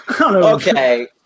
Okay